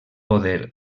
poder